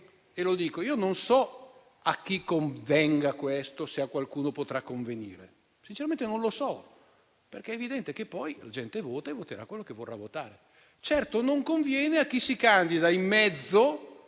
Dopodiché io non so a chi convenga questo e se a qualcuno potrà convenire. Sinceramente non lo so, perché è evidente che poi la gente vota e voterà quello che vorrà votare. Certo, non conviene a chi si candida in mezzo,